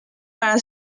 para